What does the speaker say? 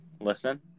Listen